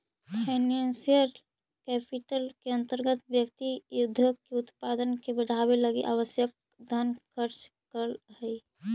financial capital के अंतर्गत व्यक्ति उद्योग के उत्पादन के बढ़ावे लगी आवश्यक धन खर्च करऽ हई